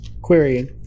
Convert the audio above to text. Querying